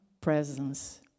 presence